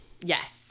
Yes